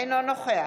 אינו נוכח